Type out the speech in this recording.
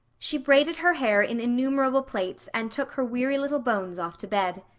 she braided her hair in innumerable plaits and took her weary little bones off to bed.